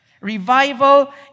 revival